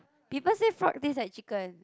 people say frog taste like chicken